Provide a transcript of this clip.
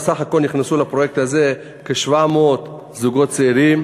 סך הכול נכנסו לפרויקט הזה כ-700 זוגות צעירים,